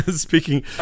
Speaking